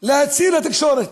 להצהיר לתקשורת: